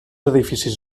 edificis